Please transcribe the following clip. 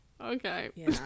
Okay